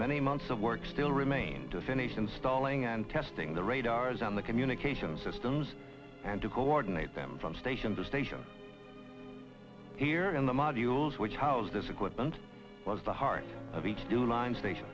many months of work still remain to finish installing and testing the radars on the communications systems and to coordinate them from station to station here in the modules which housed this equipment was the heart of each do line station